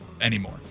anymore